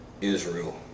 Israel